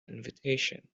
invitation